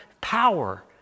power